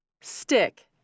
Stick